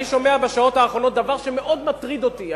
אני שומע בשעות האחרונות דבר שמאוד מטריד אותי,